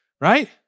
right